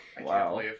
wow